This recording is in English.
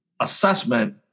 assessment